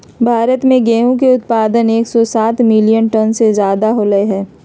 भारत में गेहूं के उत्पादन एकसौ सात मिलियन टन से ज्यादा होलय है